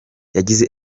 yagize